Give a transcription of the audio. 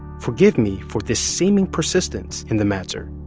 forgive me for this seeming persistence in the matter,